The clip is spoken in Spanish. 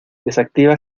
desactiva